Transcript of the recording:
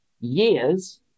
years